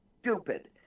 stupid